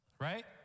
right